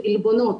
עלבונות,